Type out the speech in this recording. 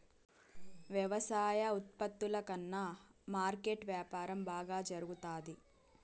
వ్యవసాయ ఉత్పత్తుల కన్నా మార్కెట్ వ్యాపారం బాగా జరుగుతాది